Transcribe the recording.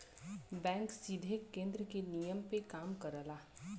bank सीधे केन्द्र के नियम पे काम करला